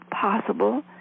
possible